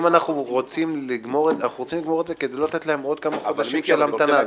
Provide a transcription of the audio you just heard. אנחנו רוצים לגמור את זה כדי לא לתת להם עוד כמה חודשים של המתנה,